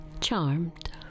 Charmed